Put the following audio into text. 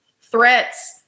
threats